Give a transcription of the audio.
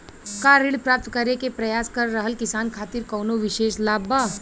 का ऋण प्राप्त करे के प्रयास कर रहल किसान खातिर कउनो विशेष लाभ बा?